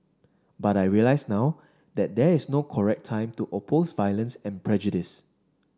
but I realise now that there is no correct time to oppose violence and prejudice